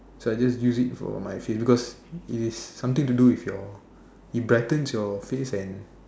so I just use it for my face because it's something to do with your it brightens your face and